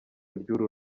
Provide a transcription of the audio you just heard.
ry’uru